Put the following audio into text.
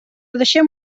deixem